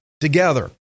together